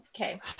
Okay